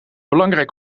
belangrijk